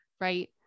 Right